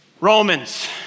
Romans